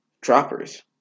droppers